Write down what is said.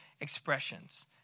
expressions